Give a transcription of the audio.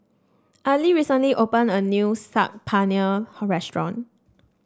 Ali recently opened a new Saag Paneer Restaurant